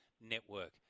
network